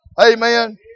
Amen